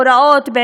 הוראות,